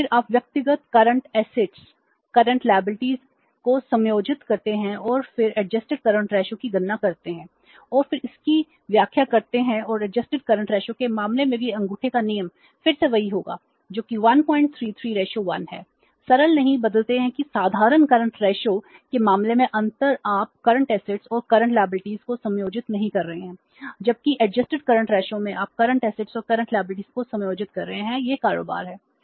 और फिर आप व्यक्तिगत करंट असेट्सको समायोजित कर रहे हैं यह कारोबार है